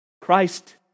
Christ